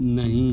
नहीं